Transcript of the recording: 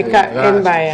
אין בעיה.